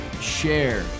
share